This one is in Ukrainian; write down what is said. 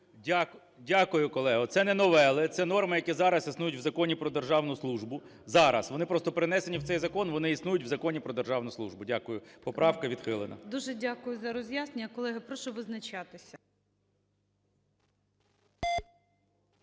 Дякую, колего. Це не новели, це норми, які зараз існують в Законі "Про державну службу". Зараз. Вони просто перенесені в цей закон, вони існують в Законі "Про державну службу". Дякую. Поправка відхилена. ГОЛОВУЮЧИЙ. Дуже дякую за роз'яснення. Колеги, прошу визначатися.